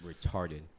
retarded